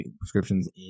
prescriptions